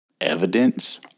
evidence